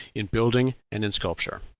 in building, and in sculpture.